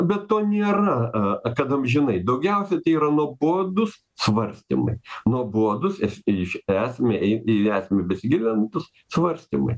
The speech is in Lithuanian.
bet to nėra kad amžinai daugiausiai tai yra nuobodūs svarstymai nuobodūs es iš esmę į į esmę besigilinant tuos svarstymai